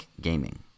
gaming